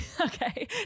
Okay